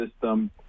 system